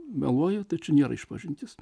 meluoji tai čia nėra išpažintis